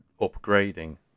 upgrading